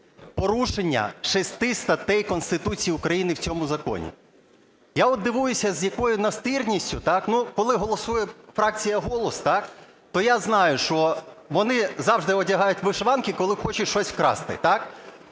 "Порушення шести статей Конституції України в цьому законі." Я от дивуюся з якою настирністю, коли голосує фракція "Голос", то я знаю, що вони завжди одягають вишиванки, коли хочуть щось вкрасти.